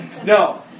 No